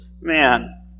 man